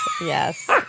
Yes